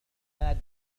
مادة